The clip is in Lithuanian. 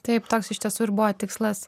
taip toks iš tiesų ir buvo tikslas